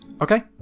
Okay